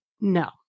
no